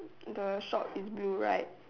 the short is blue right